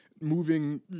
moving